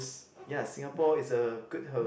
ya Singapore is a good host